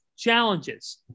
Challenges